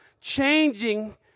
changing